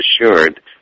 assured